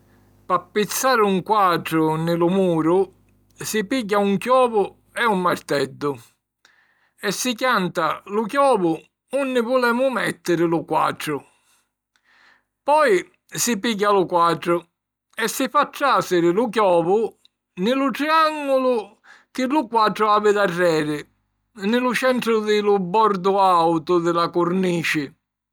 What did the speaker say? P'appizzari un quatru nni lu muru, si pigghia un chiovu e un marteddu e si chianta lu chiovu unni vulemu mèttiri lu quatru. Poi si pigghia lu quatru e si fa tràsiri lu chiovu nni lu triàngulu chi lu quatru havi darreri, nni lu centru di lu bordu àutu di la curnici.